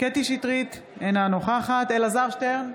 קטי קטרין שטרית, אינה נוכחת אלעזר שטרן,